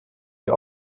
die